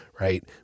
right